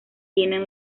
tienen